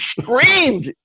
screamed